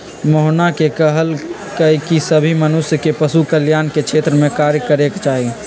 मोहना ने कहल कई की सभी मनुष्य के पशु कल्याण के क्षेत्र में कार्य करे के चाहि